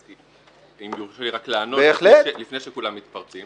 אז אם יורשה לי רק לענות, לפני שכולם מתפרצים.